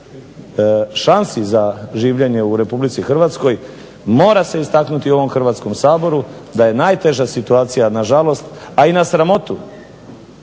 šansi za življenje u RH mora se istaknuti u ovom Hrvatskom saboru da je najteža situacija nažalost, a i na sramotu